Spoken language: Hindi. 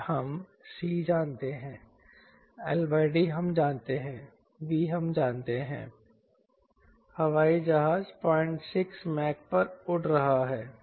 आर हम C जानते हैं LD हम जानते हैं V हम जानते हैंहवाई जहाज 06 मैक पर उड़ रहा है